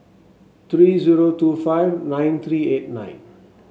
three zero two five nine three eight nine